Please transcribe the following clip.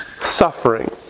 suffering